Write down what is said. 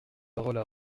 paroles